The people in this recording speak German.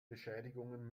beschädigungen